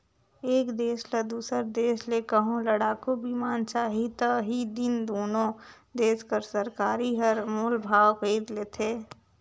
एक देस ल दूसर देस ले कहों लड़ाकू बिमान चाही ता ही दिन दुनो देस कर सरकार हर मोल भाव कइर लेथें